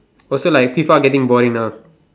also like FIFA getting boring now